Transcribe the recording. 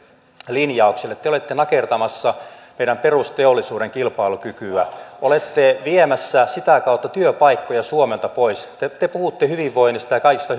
linjauksille te olette nakertamassa meidän perusteollisuuden kilpailukykyä olette viemässä sitä kautta työpaikkoja suomesta pois te puhutte hyvinvoinnista ja kaikista